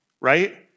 right